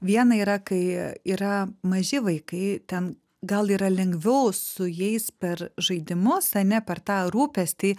viena yra kai yra maži vaikai ten gal yra lengviau su jais per žaidimus ane per tą rūpestį